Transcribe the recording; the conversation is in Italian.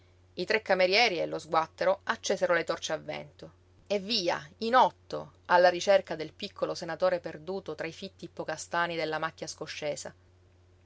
i tre camerieri e lo sguattero accesero le torce a vento e via in otto alla ricerca del piccolo senatore perduto tra i fitti ippocàstani della macchia scoscesa